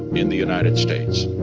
in the united states,